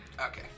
Okay